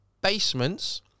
basements